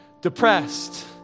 depressed